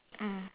mm